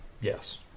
yes